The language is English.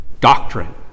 doctrine